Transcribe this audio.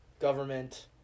government